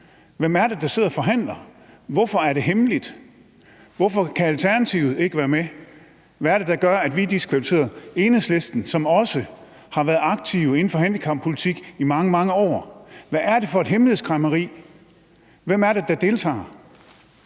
Hvem er det, der sidder og forhandler? Hvorfor er det hemmeligt? Hvorfor kan Alternativet ikke være med? Hvad er det, der gør, at vi er diskvalificeret? Det samme gælder Enhedslisten, som også har været aktive inden for handicappolitik i mange, mange år. Hvad er det for et hemmelighedskræmmeri? Hvem er det, der deltager?